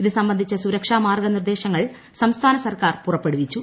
ഇത് സംബന്ധിച്ച സുരക്ഷാ മാർഗ്ഗനിർദ്ദേശങ്ങൾ സംസ്ഥാന സർക്കാർ പുറപ്പെടുവിച്ചു